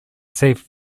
safe